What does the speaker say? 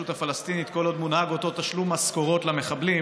הפלסטינית כל עוד מונהג אותו תשלום משכורות למחבלים.